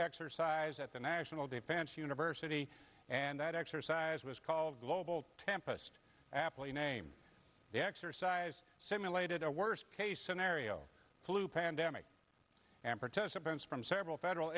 exercise at the national defense university and that exercise was called global tempest apple you name the exercise simulated a worst case scenario flu pandemic and participants from several federal